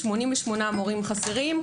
88 מורים חסרים,